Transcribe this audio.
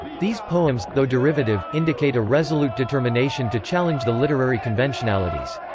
these poems, though derivative, indicate a resolute determination to challenge the literary conventionalities.